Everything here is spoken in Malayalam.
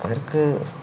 അവർക്ക്